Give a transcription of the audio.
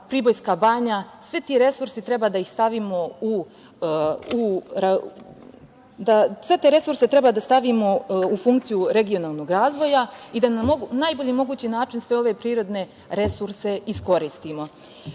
Pribojska banja. Sve te resurse treba da stavimo u funkciju regionalnog razvoja i da najbolji mogući način sve ove prirodne resurse iskoristimo.Zašto